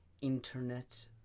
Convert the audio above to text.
internet